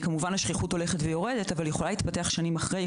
השכיחות הולכת ויורדת אבל יכולה להתפתח שנים אחרי,